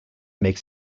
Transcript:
makes